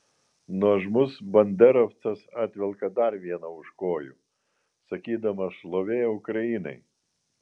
nuožmus banderovcas atvelka dar vieną už kojų sakydamas šlovė ukrainai